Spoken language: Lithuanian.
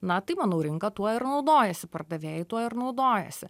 na tai manau rinka tuo ir naudojasi pardavėjai tuo ir naudojasi